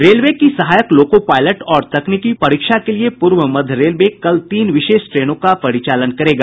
railway की सहायक loco pilot और तकनीकी परीक्षा के लिए पूर्व मध्य रेलवे कल तीन विशेष ट्रेनों का परिचालन करेगा